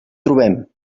trobem